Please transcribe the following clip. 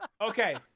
Okay